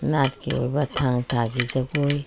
ꯅꯥꯠꯀꯤ ꯑꯣꯏꯕ ꯊꯥꯡ ꯇꯥꯒꯤ ꯖꯒꯣꯏ